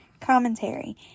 Commentary